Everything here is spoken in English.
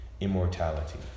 immortality